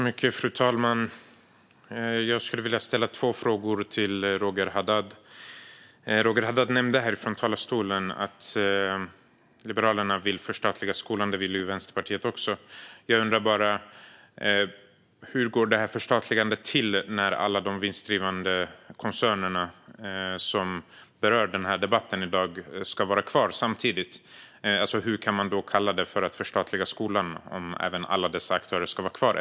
Fru talman! Jag skulle vilja ställa två frågor till Roger Haddad. Roger Haddad nämnde från talarstolen att Liberalerna vill förstatliga skolan. Det vill Vänsterpartiet också. Hur går förstatligandet till när alla de vinstdrivande koncernerna som berörs i debatten i dag samtidigt ska vara kvar? Hur kan man kalla det för att förstatliga skolan om alla dessa aktörer ska vara kvar?